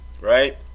right